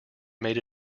made